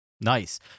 Nice